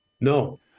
No